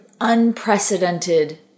unprecedented